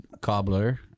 cobbler